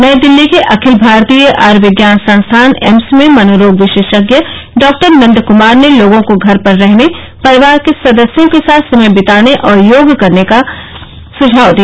नई दिल्ली के अखिल भारतीय आयुर्विज्ञान संस्थान एम्स में मनोरोग विशेषज्ञ डॉ नंद क्मार ने लोगों को घर पर रहने परिवार के सदस्यों के साथ समय बिताने और योग का अम्यास करने का सुझाव दिया